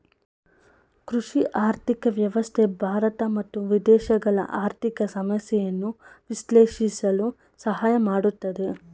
ಕೃಷಿ ಆರ್ಥಿಕ ವ್ಯವಸ್ಥೆ ಭಾರತ ಮತ್ತು ವಿದೇಶಗಳ ಆರ್ಥಿಕ ಸಮಸ್ಯೆಯನ್ನು ವಿಶ್ಲೇಷಿಸಲು ಸಹಾಯ ಮಾಡುತ್ತದೆ